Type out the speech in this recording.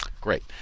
Great